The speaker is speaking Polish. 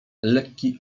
lekki